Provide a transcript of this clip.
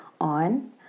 on